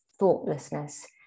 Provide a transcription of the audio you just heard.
thoughtlessness